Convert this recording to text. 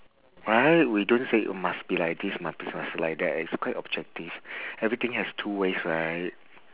right we don't say must be like this must be must be like that it's quite objective everything has two ways right